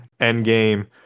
Endgame